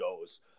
goes